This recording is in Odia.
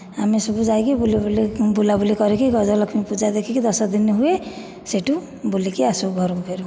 ଆମେ ସବୁ ଯାଇକି ବୁଲି ବୁଲି ବୁଲାବୁଲି କରିକି ଗଜଲକ୍ଷ୍ମୀ ପୂଜା ଦେଖିକି ଦଶଦିନ ହୁଏ ସେଇଠୁ ବୁଲିକି ଆସୁ ଘରକୁ ଫେରୁ